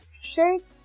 Shake